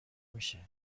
میشه